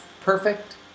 perfect